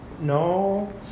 no